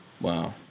Wow